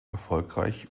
erfolgreich